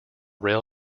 rail